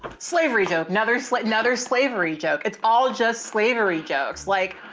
slavery joke. now there's slit and other slavery joke. it's all just slavery jokes like,